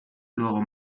luego